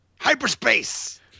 hyperspace